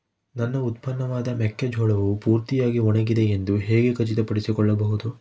ನನ್ನ ಉತ್ಪನ್ನವಾದ ಮೆಕ್ಕೆಜೋಳವು ಪೂರ್ತಿಯಾಗಿ ಒಣಗಿದೆ ಎಂದು ಹೇಗೆ ಖಚಿತಪಡಿಸಿಕೊಳ್ಳಬಹುದು?